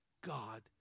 God